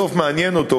מה בסוף מעניין אותו,